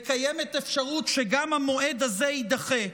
וקיימת אפשרות שגם המועד הזה יידחה.